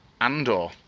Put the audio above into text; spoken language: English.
Andor